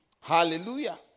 Hallelujah